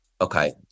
okay